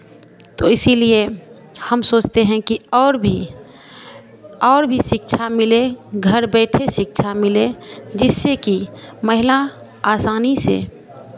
तो इसीलिए हम सोचते हैं कि और भी और भी शिक्षा मिले घर बैठे शिक्षा मिले जिससे कि महिला आसानी से